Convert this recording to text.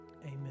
Amen